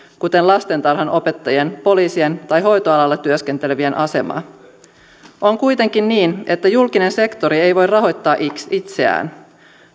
kuten lastentarhanopettajien poliisien tai hoitoalalla työskentelevien asemaa on kuitenkin niin että julkinen sektori ei voi rahoittaa itseään